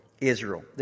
Israel